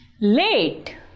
Late